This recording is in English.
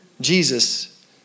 Jesus